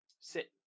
sit